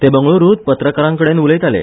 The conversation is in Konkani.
ते बंगळ्रूंत पत्रकारां कडेन उलयताले